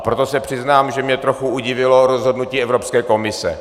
Proto se přiznám, že mě trochu udivilo rozhodnutí Evropské komise.